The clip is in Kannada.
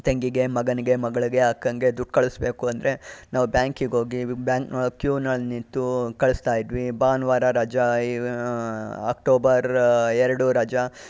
ತಂಗಿಗೆ ಮಗನಿಗೆ ಮಗಳಿಗೆ ಅಕ್ಕಂಗೆ ದುಡ್ಡು ಕಳಿಸ್ಬೇಕು ಅಂದರೆ ನಾವು ಬ್ಯಾಂಕಿಗೆ ಹೋಗಿ ಬ್ಯಾಂಕ್ ಕ್ಯೂನಲ್ಲಿ ನಿಂತು ಕಳಿಸ್ತಾಯಿದ್ವಿ ಭಾನುವಾರ ರಜಾ ಅಕ್ಟೋಬರ್ ಎರಡು ರಜಾ